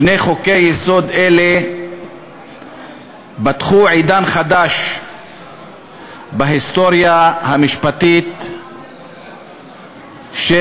שני חוקי-יסוד אלה פתחו עידן חדש בהיסטוריה המשפטית של